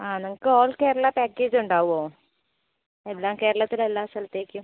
ആ നിങ്ങൾക്ക് all Kerala package ഉണ്ടാകുമോ ഇവിടെ കേരളത്തിൾ എല്ലാ സ്ഥലത്തേക്കും